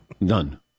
None